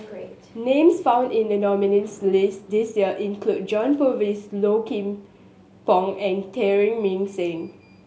names found in the nominees' list this year include John Purvis Low Kim Pong and Mah Seng